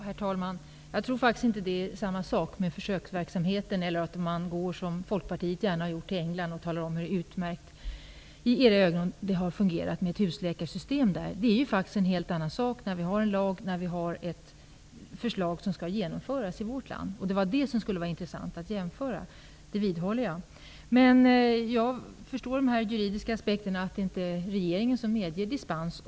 Herr talman! Jag tror inte att det är samma sak att ha försöksverksamhet eller att gå till England, som Folkpartiet gärna gör, och tala om hur utmärkt det har fungerat med ett husläkarsystem där. Det är en helt annan sak när vi har en lag och ett förslag som skall genomföras i vårt land. Jag vidhåller att det skulle vara intressant att jämföra detta. Jag förstår den juridiska aspekten att det inte är regeringen som medger dispens.